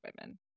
women